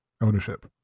ownership